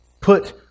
Put